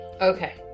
Okay